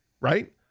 Right